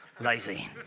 lazy